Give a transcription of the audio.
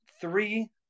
three